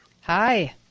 Hi